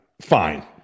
fine